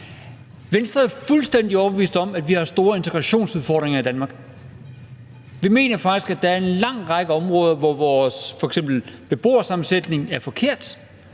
Venstre er fuldstændig overbevist om, at vi har store integrationsudfordringer i Danmark. Vi mener faktisk, at der er en lang række områder, hvor f.eks. vores beboersammensætning er forkert